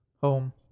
home